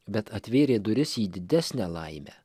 bet atvėrė duris į didesnę laimę